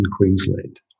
Queensland